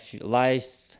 life